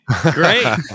Great